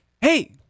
hey